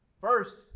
First